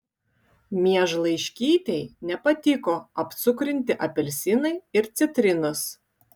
miežlaiškytei nepatiko apcukrinti apelsinai ir citrinos